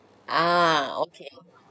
ah okay